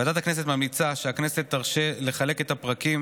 ועדת הכנסת ממליצה שהכנסת תרשה לחלק את הפרקים